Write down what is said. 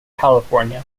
california